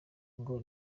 ngo